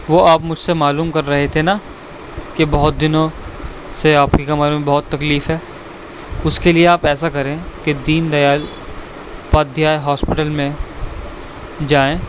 وہ آپ مجھ سے معلوم کر رہے تھے نا کہ بہت دنوں سے آپ کی کمر میں بہت تکلیف ہے اس کے لیے آپ ایسا کریں کہ دین دیال اپادھیائے ہاسپٹل میں جائیں